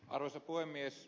arvoisa puhemies